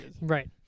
Right